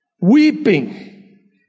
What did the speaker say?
weeping